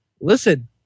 Listen